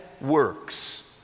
works